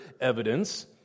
evidence